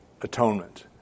atonement